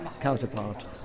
counterpart